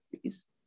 please